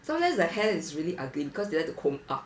so lehs their hair is really ugly because they like to comb up